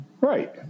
Right